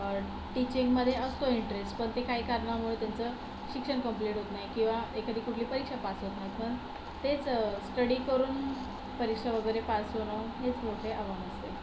टिचिंगमध्ये असतो इंटरेस्ट पण ते काही कारणामुळे त्यांचं शिक्षण कम्प्लिट होत नाही किंवा एखादी कुठली परीक्षा पास होत नाही पण तेच स्टडी करून परीक्षा वगैरे पास होणं हेच मोठे आव्हान असते